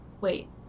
wait